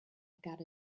got